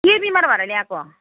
के बिमार भएर ल्याएको